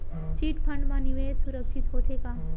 Chit fund मा निवेश सुरक्षित होथे का?